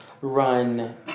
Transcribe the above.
run